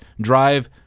drive